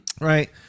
Right